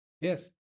Yes